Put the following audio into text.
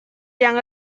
yang